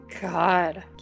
God